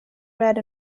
red